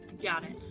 got it.